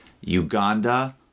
Uganda